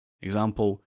Example